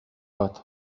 bat